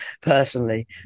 personally